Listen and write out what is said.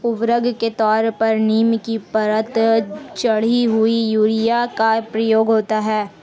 उर्वरक के तौर पर नीम की परत चढ़ी हुई यूरिया का प्रयोग होता है